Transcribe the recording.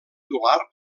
titular